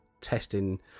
testing